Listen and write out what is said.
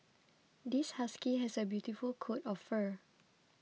this husky has a beautiful coat of fur